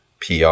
PR